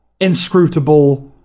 inscrutable